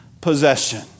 possession